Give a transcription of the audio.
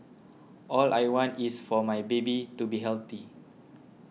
all I want is for my baby to be healthy